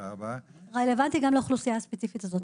גם לאוכלוסייה הספציפית הזאת,